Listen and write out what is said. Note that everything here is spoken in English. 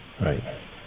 Right